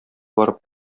барып